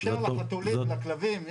אפשר לחתולים ולכלבים.